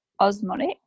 Osmotic